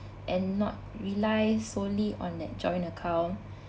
and not rely solely on that joint account